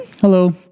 Hello